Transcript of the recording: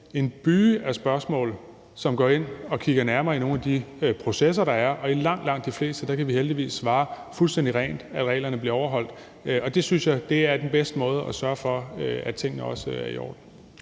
en byge af spørgsmål, som får os til at gå ind at kigge nærmere på nogle af de processer, der er. Og i langt, langt de fleste tilfælde kan vi heldigvis svare fuldstændig rent, at reglerne bliver overholdt. Det synes jeg er den bedste måde til at sørge for, at tingene også er i orden.